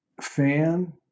fan